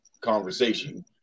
conversation